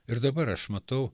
ir dabar aš matau